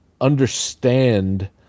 understand